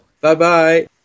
bye-bye